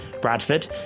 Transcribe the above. Bradford